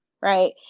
Right